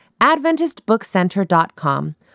AdventistBookCenter.com